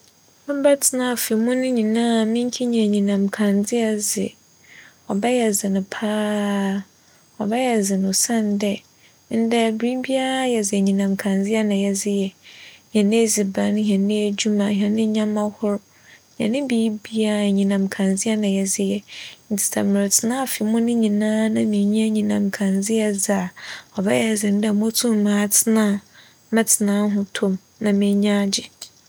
Mebɛtsena afe mu nyinara a mennkenya enyinam kandzea dze, ͻbɛyɛ dzen paa, ͻbɛyɛ dzen osiandɛ ndɛ biribiara yɛdze enyinam kandzea na yɛdze yɛ. Hɛn edziban, hɛn edwuma, hɛn ndzɛmba hor, hɛn biribiara enyinam kandzea na yɛdze yɛ ntsi sɛ meretsetsena afe mu no nyinara na minnyi enyinam kandzea dze a, ͻbɛyɛ dzen dɛ mobotum atsena, mebɛtsena ahotͻ mu na m'enyi agye.